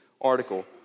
article